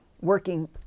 working